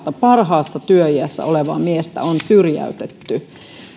parhaassa työiässä olevaa miestä on syrjäytetty